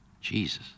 Jesus